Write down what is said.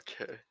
Okay